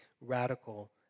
radical